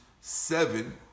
seven